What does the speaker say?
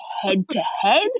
head-to-head